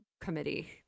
committee